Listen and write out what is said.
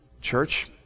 Church